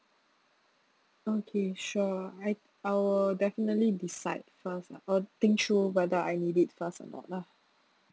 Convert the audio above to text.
okay sure I I will definitely decide first uh think through whether I need it first or not lah